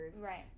Right